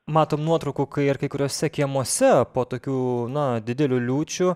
matom nuotraukų kai ar kai kuriuose kiemuose po tokių na didelių liūčių